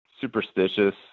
superstitious